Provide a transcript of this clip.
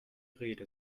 rede